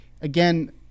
again